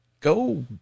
Go